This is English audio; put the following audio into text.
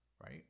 right